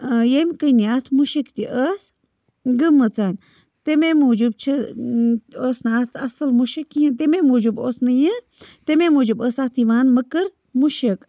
ییٚمہِ کِنۍ اَتھ مُشِک تہِ ٲس گٔمٕژَن تَمے موٗجوٗب چھِ ٲس نہٕ اَتھ اَصٕل مُشِک کِہیٖنۍ تَمے موٗجوٗب اوس نہٕ یہِ تَمے موٗجوٗب ٲس اَتھ یِوان مٔکٕر مُشِک